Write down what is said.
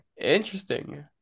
Interesting